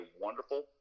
wonderful